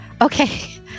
okay